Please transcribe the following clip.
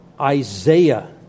Isaiah